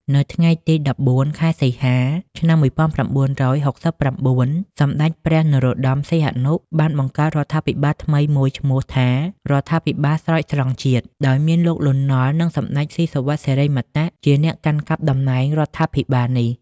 នៅថ្ងៃទី ១៤ ខែសីហា ឆ្នាំ ១៩៦៩ សម្តេចព្រះនរោត្តម សីហនុ បានបង្កើតរដ្ឋាភិបាលថ្មីមួយឈ្មោះថា រដ្ឋាភិបាលស្រោចស្រង់ជាតិ ដោយមានលោក លន់ នល់ និងសម្ដេច ស៊ីសុវត្ថិ សិរិមតៈ ជាអ្នកកាន់កាប់តំណែងរដ្ឋាភិបាលនេះ។